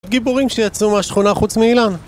גיבורים שיצאו מהשכונה חוץ מאילן